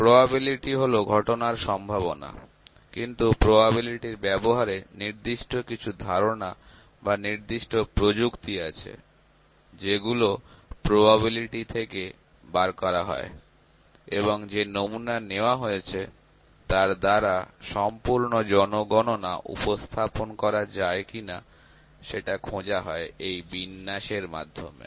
probability হলো ঘটনার সম্ভাবনা কিন্তু প্রবাবিলিটির ব্যবহারে নির্দিষ্ট কিছু ধারণা বা নির্দিষ্ট প্রযুক্তি আছে যেগুলো প্রবাবিলিটি থেকে বের করা হয় এবং যে নমুনা নেওয়া হয়েছে তার দ্বারা সম্পূর্ণ জনসংখ্যা উপস্থাপন করা যায় কিনা সেটা খোঁজা হয় এই বিন্যাসের মাধ্যমে